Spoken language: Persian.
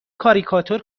کاریکاتور